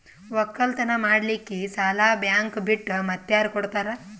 ಒಕ್ಕಲತನ ಮಾಡಲಿಕ್ಕಿ ಸಾಲಾ ಬ್ಯಾಂಕ ಬಿಟ್ಟ ಮಾತ್ಯಾರ ಕೊಡತಾರ?